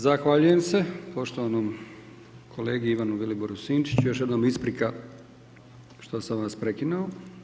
Zahvaljujem se poštovanom kolegi Ivanu Viliboru Sinčiću, još jednom isprika što sam vas prekinuo.